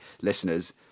listeners